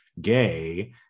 gay